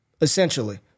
essentially